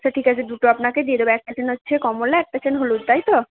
সে ঠিক আছে দুটো আপনাকে দিয়ে দেবো একটা চেন হচ্ছে কমলা একটা চেন হলুদ তাই তো